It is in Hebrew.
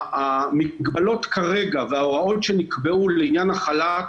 המגבלות כרגע וההוראות שנקבעו לעניין החל"ת,